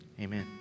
Amen